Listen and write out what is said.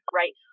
right